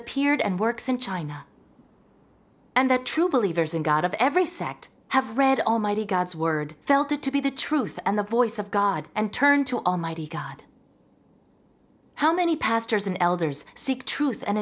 appeared and works in china and the true believers in god of every sect have read almighty god's word filtered to be the truth and the voice of god and turn to almighty god how many pastors and elders seek truth and